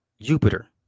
Jupiter